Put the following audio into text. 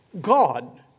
God